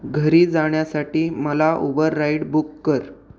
घरी जाण्यासाठी मला उबर राईड बुक कर